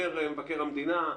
אומר מבקר המדינה,